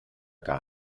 gar